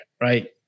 right